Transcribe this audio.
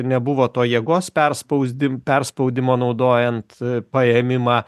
nebuvo to jėgos perspausdi perspaudimo naudojant paėmimą